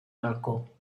balcó